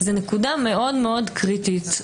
זו נקודה מאוד קריטית,